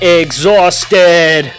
exhausted